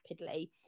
rapidly